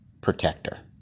protector